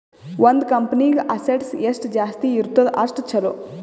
ಒಂದ್ ಕಂಪನಿಗ್ ಅಸೆಟ್ಸ್ ಎಷ್ಟ ಜಾಸ್ತಿ ಇರ್ತುದ್ ಅಷ್ಟ ಛಲೋ